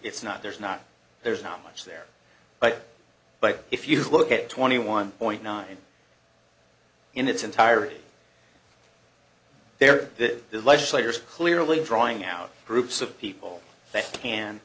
it's not there's not there's not much there but like if you look at twenty one point nine in its entirety there is legislators clearly drawing out groups of people